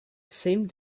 seemed